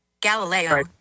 Galileo